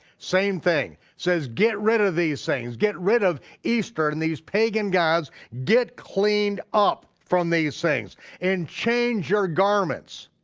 same thing. he says get rid of these things, get rid of easter and these pagan gods, get cleaned up from these things and change your garments.